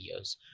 videos